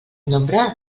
nombre